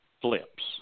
flips